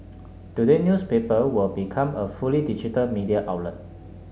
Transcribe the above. today newspaper will become a fully digital media outlet